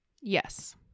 Yes